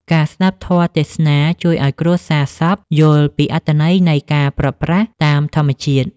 ការស្ដាប់ធម៌ទេសនា ជួយឱ្យគ្រួសារសពយល់ពីអត្ថន័យនៃការព្រាត់ប្រាសតាមធម្មជាតិ។